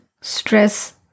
Stress